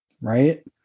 right